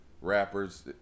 rappers